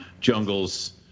Jungles